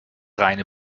reine